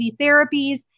therapies